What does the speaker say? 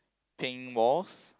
pink mose